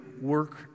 work